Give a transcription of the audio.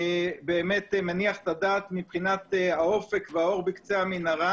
שבאמת מניח את הדעת מבחינת האופק והאור בקצה המנהרה,